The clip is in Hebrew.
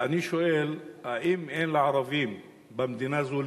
ואני שואל: האם אין לערבים במדינה הזאת,